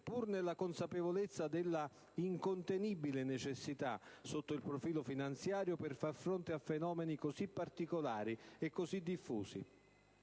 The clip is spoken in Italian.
pur nella consapevolezza della incontenibile necessità, sotto il profilo finanziario, per far fronte a fenomeni così particolari e diffusi.